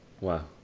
Wow